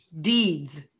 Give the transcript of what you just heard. deeds